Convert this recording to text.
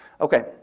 Okay